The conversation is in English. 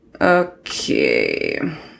Okay